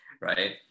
right